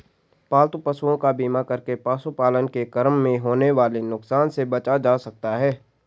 पालतू पशुओं का बीमा करके पशुपालन के क्रम में होने वाले नुकसान से बचा जा सकता है